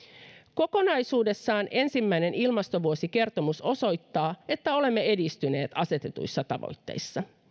kokonaisuudessaan ensimmäinen ilmastovuosikertomus osoittaa että olemme edistyneet asetetuissa tavoitteissa